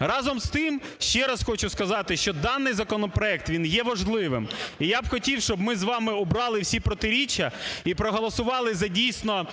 Разом з тим, ще раз хочу сказати, що даний законопроект, він є важливим. І я б хотів, щоб ми з вами убрали всі протиріччя і проголосували за, дійсно,